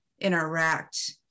interact